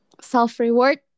Self-reward